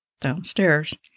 downstairs